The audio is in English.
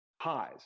highs